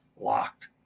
locked